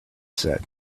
said